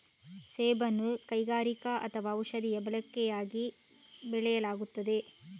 ಸೆಣಬನ್ನು ಕೈಗಾರಿಕಾ ಅಥವಾ ಔಷಧೀಯ ಬಳಕೆಯಾಗಿ ಬೆಳೆಯಲಾಗುತ್ತದೆ